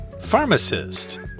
Pharmacist